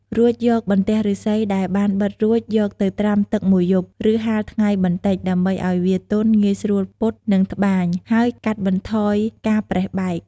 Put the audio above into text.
រួចយកបន្ទះឫស្សីដែលបានបិតរួច យកទៅត្រាំទឹកមួយយប់ ឬហាលថ្ងៃបន្តិច ដើម្បីឱ្យវាទន់ ងាយស្រួលពត់ និងត្បាញ ហើយកាត់បន្ថយការប្រេះបែក។